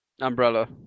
Umbrella